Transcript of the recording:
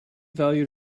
valued